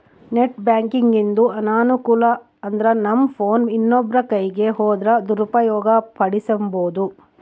net ಬ್ಯಾಂಕಿಂಗಿಂದು ಅನಾನುಕೂಲ ಅಂದ್ರನಮ್ ಫೋನ್ ಇನ್ನೊಬ್ರ ಕೈಯಿಗ್ ಹೋದ್ರ ದುರುಪಯೋಗ ಪಡಿಸೆಂಬೋದು